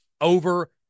over